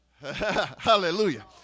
Hallelujah